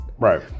Right